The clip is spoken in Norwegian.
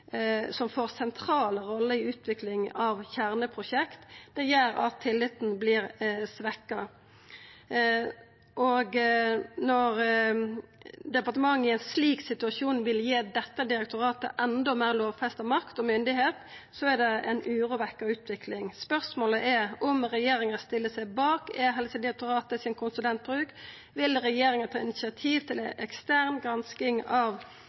som får sentrale roller i utviklinga av kjerneprosjekt. Det gjer at tilliten vert svekt. Når departementet i ein slik situasjon vil gi dette direktoratet enda meir lovfesta makt og myndigheit, er det ei urovekkjande utvikling. Spørsmålet er om regjeringa stiller seg bak konsulentbruken til Direktoratet for e-helse, og vil regjeringa ta initiativ til ei ekstern gransking av